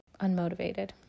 unmotivated